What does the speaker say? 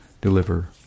deliver